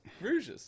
Rouges